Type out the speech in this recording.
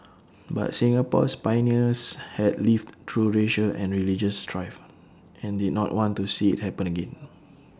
but Singapore's pioneers had lived through racial and religious strife and did not want to see IT happen again